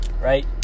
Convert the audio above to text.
right